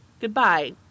Goodbye